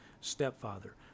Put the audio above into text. stepfather